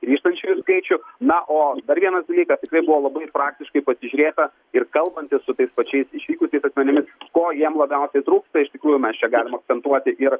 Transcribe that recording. grįžtančiųjų skaičių na o dar vienas dalykas tikrai buvo labai praktiškai pasižiūrėta ir kalbantis su tais pačiais išvykusiais asmenimis ko jiem labiausiai trūksta iš tikrųjų mes čia galim akcentuoti ir